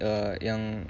uh yang